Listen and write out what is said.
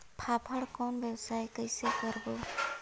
फाफण कौन व्यवसाय कइसे करबो?